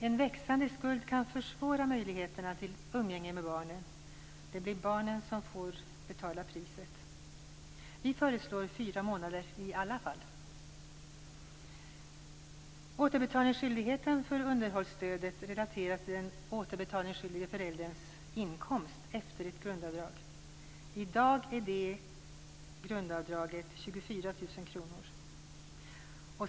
En växande skuld kan försvåra möjligheterna till umgänge med barnet. Det blir barnen som får betala priset. Vi föreslår att fyra månader skall gälla i alla fall. Återbetalningsskyldigheten för underhållsstödet relateras till den återbetalningsskyldige förälderns inkomst efter ett grundavdrag. I dag är det grundavdraget 24 000 kr.